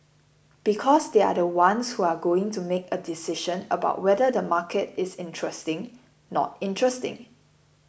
because they are the ones who are going to make a decision about whether the market is interesting not interesting